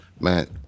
man